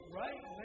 right